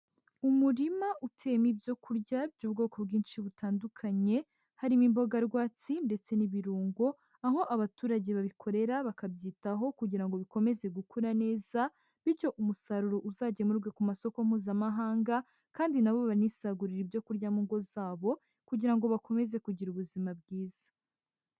Umurima uteyemo ibyo kurya by'ubwoko bwinshi butandukanye, harimo imboga rwatsi ndetse n'ibirungo, aho abaturage babikorera, bakabyitaho kugira ngo bikomeze gukura neza, bityo umusaruro uzagemurwe ku masoko mpuzamahanga, kandi na bo banisagurire ibyo kurya mu ngo zabo, kugira ngo bakomeze kugira ubuzima bwiza.